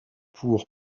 pour